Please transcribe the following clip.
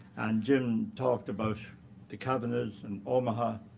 and jim talked about the cavanaughs, and omaha,